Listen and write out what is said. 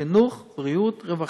חינוך, בריאות, רווחה,